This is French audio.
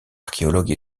archéologue